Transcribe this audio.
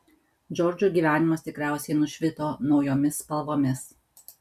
džordžui gyvenimas tikriausiai nušvito naujomis spalvomis